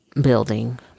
building